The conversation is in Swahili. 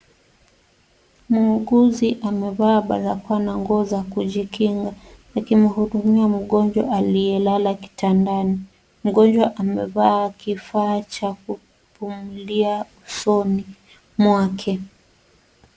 Muuguzi amevaa barakoa na nguo za kujikinga akimhudumia mgonjwa aliyelala kitandani. Mgonjwa amevaa kifaa cha kupumulia usoni mwake.